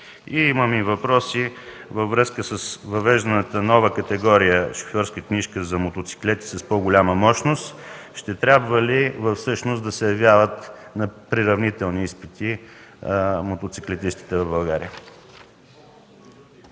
Имам и въпрос във връзка с въвежданата нова категория шофьорска книжка за мотоциклет с по-голяма мощност. Ще трябва ли да се явяват на приравнителни изпити мотоциклетистите в България?